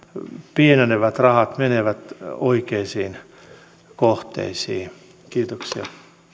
pienenevät rahat menevät oikeisiin kohteisiin kiitoksia